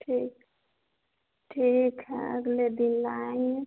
ठीक ठीक है अगले दिन लाएँगे